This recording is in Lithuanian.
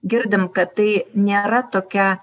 girdim kad tai nėra tokia